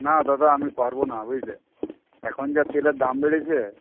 না দাদা আমি পারবো না বুঝলে এখন যা তেলের দাম বেড়েছে